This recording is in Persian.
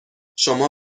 شما